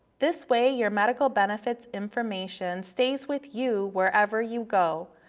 this way your medical benefits information stays with you wherever you go.